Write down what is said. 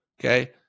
Okay